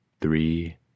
three